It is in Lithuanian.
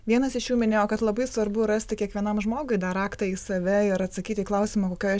vienas iš jų minėjo kad labai svarbu rasti kiekvienam žmogui dar raktą į save ir atsakyti į klausimą kokioj